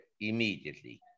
immediately